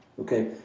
okay